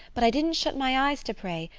but i didn't shut my eyes to pray,